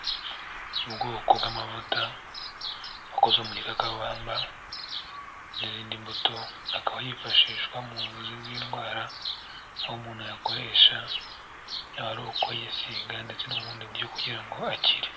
Ubwoko bw'amavuta akoze mu gikakarubamba n'izindi mbuto, akaba hifashishwa mu buvuzi bw'indwara, aho umuntu yakoresha yaba ari ukuyisiga ndetse no mu bundi buryo kugira ngo akire.